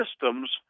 systems